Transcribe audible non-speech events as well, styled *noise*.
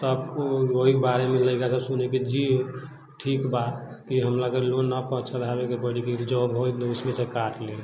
तऽ ओइ बारेमे लड़िका सब सुनै जी ठीक बा *unintelligible*